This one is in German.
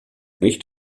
nicht